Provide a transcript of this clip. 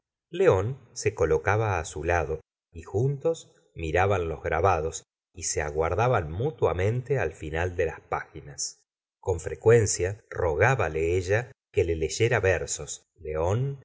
león se colocaba su lado y juntos miraban los grabados y se aguardaban mutuamente al final de las páginas con frecuencia rogbale ella que le leyera versos león